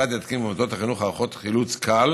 המשרד יתקין במוסדות החינוך ערכות חילוץ קל